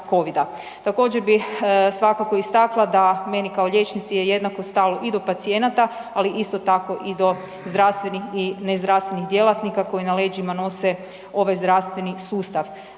Također bih svakako istakla da meni kao liječnici je jednako stalo i do pacijenata, ali isto tako i do zdravstvenih i ne zdravstvenih djelatnika koji na leđima nose ova zdravstveni sustav.